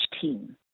team